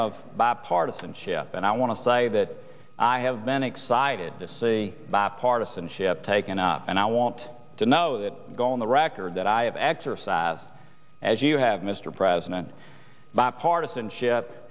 of bipartisanship and i want to say that i have been excited to see bipartisanship taken up and i want to know that go on the record that i have exercised as you have mr president bipartisanship